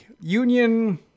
union